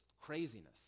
craziness